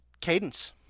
Cadence